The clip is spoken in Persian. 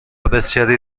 بسیاری